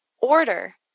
order